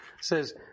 says